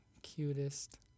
cutest